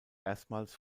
erstmals